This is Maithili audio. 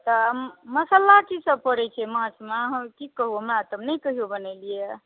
तऽ मसाला की सब पड़ैत छै माछमे अहाँकेँ की कहू हमरा तऽ नहि कहियो बनेलियै हँ